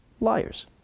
liars